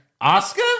Oscar